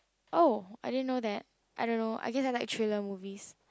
oh I didn't know that I don't know I guess I like trailer movies